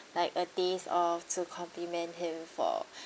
like a day's off to compliment him for